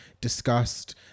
discussed